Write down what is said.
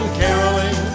caroling